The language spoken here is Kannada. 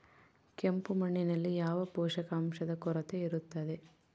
ಕೆಂಪು ಮಣ್ಣಿನಲ್ಲಿ ಯಾವ ಪೋಷಕಾಂಶದ ಕೊರತೆ ಇರುತ್ತದೆ?